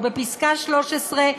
ובפסקה (13),